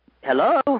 Hello